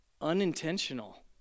unintentional